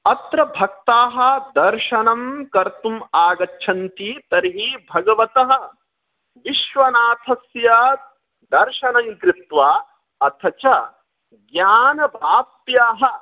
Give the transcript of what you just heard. अत्र भक्ताः दर्शनं कर्तुम् आगच्छन्ति तर्हि भगवतः विश्वनाथस्य दर्शनङ्कृत्वा अथ च ज्ञानवाप्याः